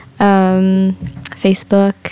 Facebook